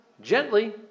gently